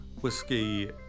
whiskey